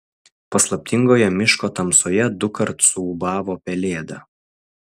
paslaptingoje miško tamsoje dukart suūbavo pelėda